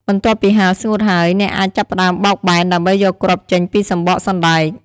បន្ទាប់ពីហាលស្ងួតហើយ អ្នកអាចចាប់ផ្តើមបោកបែនដើម្បីយកគ្រាប់ចេញពីសំបកសណ្ដែក។